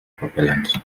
propellant